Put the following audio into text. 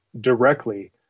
directly